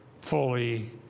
fully